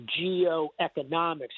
geoeconomics